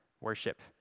worship